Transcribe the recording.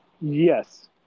Yes